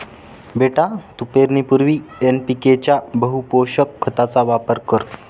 बेटा तू पेरणीपूर्वी एन.पी.के च्या बहुपोषक खताचा वापर कर